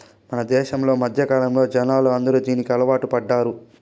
మన దేశంలో మధ్యకాలంలో జనాలు అందరూ దీనికి అలవాటు పడ్డారు